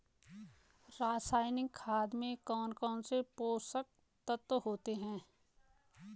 रासायनिक खाद में कौन कौन से पोषक तत्व होते हैं?